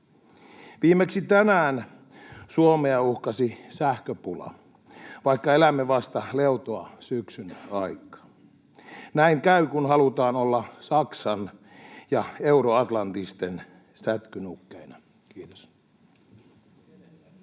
Viimeksi tänään Suomea uhkasi sähköpula, vaikka elämme vasta leutoa syksyn aikaa. Näin käy, kun halutaan olla Saksan ja euroatlantistien sätkynukkeina. — Kiitos.